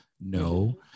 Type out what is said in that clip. No